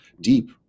deep